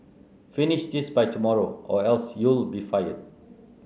finish this by tomorrow or else you'll be fired